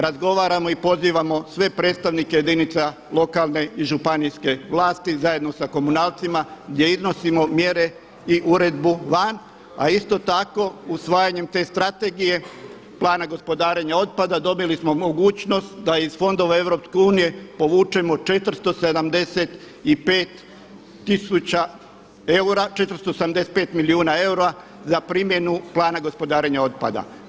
Razgovaramo i pozivamo sve predstavnike jedinice lokalne i županijske vlasti zajedno sa komunalcima gdje iznosimo mjere i uredbu van, a isto tako usvajanjem te strategije plana gospodarenja otpada dobili smo mogućnost da iz fondova EU povučemo 475 milijuna eura za primjenu plana gospodarenja otpada.